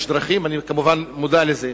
יש דרכים, ואני כמובן מודע לזה.